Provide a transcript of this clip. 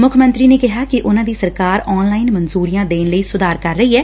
ਮੁੱਖ ਮੰਤਰੀ ਨੇ ਕਿਹਾ ਕਿ ਉਨਾ ਦੀ ਸਰਕਾਰ ਆਨ ਲਾਈਨ ਮਨਜੁਰੀਆ ਦੇਣ ਲਈ ਸੁਧਾਰ ਕਰ ਰਹੀ ਏ